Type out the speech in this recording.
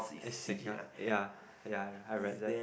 a singer ya ya I read that